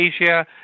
Asia